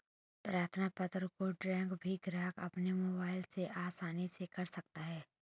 प्रार्थना पत्र को ट्रैक भी ग्राहक अपने मोबाइल से आसानी से कर सकता है